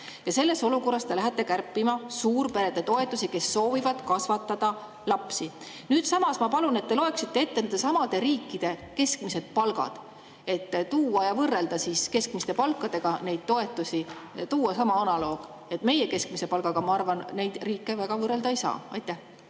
Ja selles olukorras te lähete kärpima suurperede toetusi, kes soovivad lapsi kasvatada. Ma palun, et te loeksite samas ette nendesamade riikide keskmised palgad, et võrrelda keskmiste palkadega neid toetusi ja tuua sama analoog. Meie keskmise palgaga, ma arvan, neid riike väga võrrelda ei saa. Suur